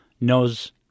knows